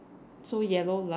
so yellow light